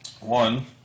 One